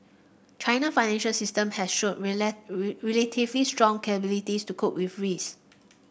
China financial system has shown relatively strong capability to cope with risk